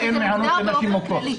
זה מוגדר באופן כללי.